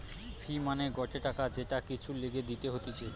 ফি মানে গটে টাকা যেটা কিছুর লিগে দিতে হতিছে